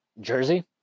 Jersey